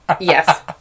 Yes